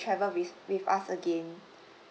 travel with with us again